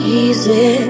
easy